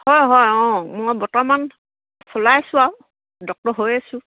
হয় হয় অঁ মই বৰ্তমান চলাই আছো আৰু ডক্তৰ হৈ আছো